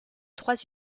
trois